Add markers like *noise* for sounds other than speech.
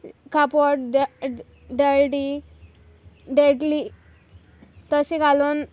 कापोड *unintelligible* देंटली तशें घालून